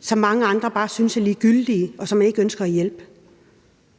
som mange andre bare synes er ligegyldige, og som man ikke ønsker at hjælpe.